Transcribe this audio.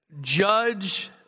judge